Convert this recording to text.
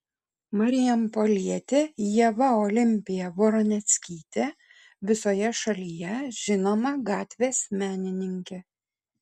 marijampolietė ieva olimpija voroneckytė visoje šalyje žinoma gatvės menininkė